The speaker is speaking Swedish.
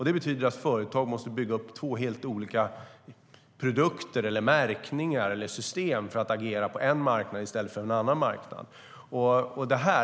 Det betyder att företag måste bygga upp två helt olika produkter, märkningar eller system för att agera på en marknad i stället för på en annan marknad.